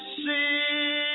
see